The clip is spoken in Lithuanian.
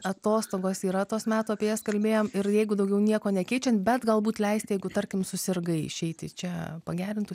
atostogos yra tos metų apie jas kalbėjom ir jeigu daugiau nieko nekeičiant bet galbūt leisti jeigu tarkim susirgai išeiti čia pagerintų